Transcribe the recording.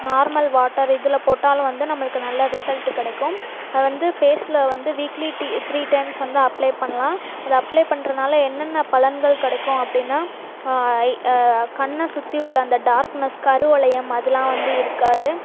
normal water இதில் போட்டாலும் வந்து நம்மளுக்கு நல்ல ரிசல்ட்டு கிடைக்கும் வந்து ஃபேஸில் வீக்லி டி த்ரீ டைம்ஸ் வந்து அப்ளை பண்ணலாம் அது அப்ளை பண்ணுறனால என்னென்ன பலன்கள் கிடைக்கும் அப்படின்னா கண்ணை சுற்றி உள்ள அந்த டார்க்னஸ் கருப்பு வளையம் அதலாம் வந்து இருக்காது